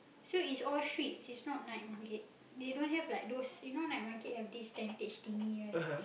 so is all streets it's not night market they don't have like those you know night market have this tentage thingy right